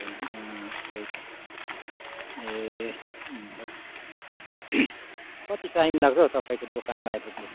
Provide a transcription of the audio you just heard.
त्यही त ए अन्त कति टाइम लाग्छ हौ तपाईँको दोकानमा आइपुग्नु